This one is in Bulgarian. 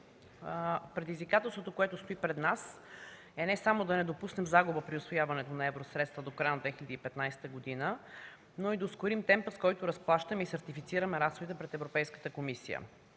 Предизвикателството, което стои пред нас, е не само да не допуснем загуба при усвояването на евросредства до края на 2015 г., но и да ускорим темпа, с който разплащаме и сертифицираме разходите пред Европейската комисия.